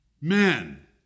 men